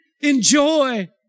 enjoy